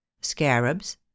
scarabs